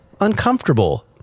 uncomfortable